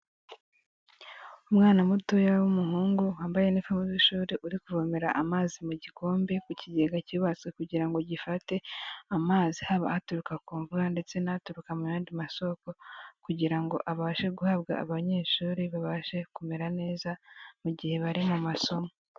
Umwana mutoya w'umuhungu wambaye iniforume y'ishuri uri kuvomera amazi mu gikombe ku kigega cyibasi kugira ngo gifate amazi haba aturuka ku mvura ndetse n'aturuka mu yandi masoko kugira ngo abashe guhabwa abanyeshuri babashe kumera neza mu gihe bari mu masomo.